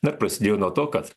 bet prasidėjo nuo to kad